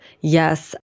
Yes